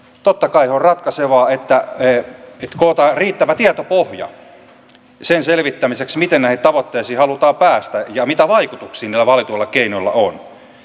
totta kai on ratkaisevaa että kootaan riittävä tietopohja sen selvittämiseksi miten näihin tavoitteisiin halutaan päästä ja mitä vaikutuksia niillä valituilla keinoilla on